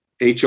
HR